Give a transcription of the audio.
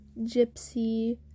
Gypsy